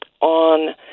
on